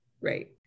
right